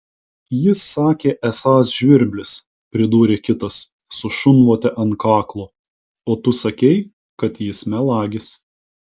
jis sakė esąs žvirblis pridūrė kitas su šunvote ant kaklo o tu sakei kad jis melagis